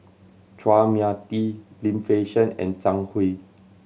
Chua Mia Tee Lim Fei Shen and Zhang Hui